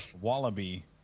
wallaby